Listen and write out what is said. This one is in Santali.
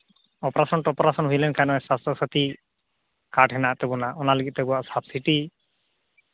ᱚᱯᱟᱨᱥᱮᱱ ᱴᱚᱯᱟᱨᱥᱮᱱ ᱦᱩᱭ ᱞᱮᱱᱠᱷᱟᱱ ᱥᱟᱥᱛᱷᱚ ᱥᱟᱹᱛᱷᱤ ᱠᱟᱨᱰ ᱢᱮᱱᱟᱜ ᱛᱟᱵᱚᱱᱟ ᱚᱱᱟᱹ ᱞᱟᱹᱜᱤᱫ ᱛᱮ ᱟᱵᱚᱣᱟᱜ ᱥᱟᱵᱥᱤᱴᱤ